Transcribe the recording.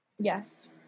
yes